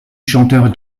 chanteur